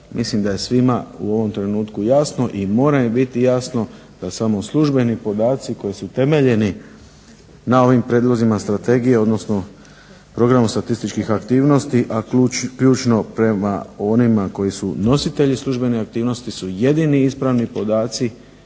Mislim da je svima u ovom trenutku jasno i mora im biti jasno da samo službeni podaci koji su temeljeni na ovim prijedlozima strategije, odnosno programu statističkih aktivnosti, a ključno prema onima koji su nositelji službenih aktivnosti su jedini ispravni podaci